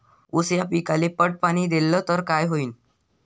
ऊस या पिकाले पट पाणी देल्ल तर काय होईन?